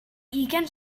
ugain